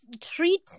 treat